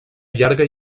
llarga